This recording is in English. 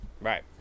Right